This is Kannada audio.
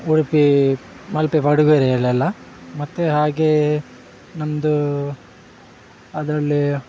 ಉಡುಪಿ ಮಲ್ಪೆ ಪಡುಬಿದ್ರೆಯಲ್ಲೆಲ್ಲ ಮತ್ತು ಹಾಗೆಯೇ ನಮ್ಮದು ಅದರಲ್ಲಿ